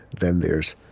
then there's,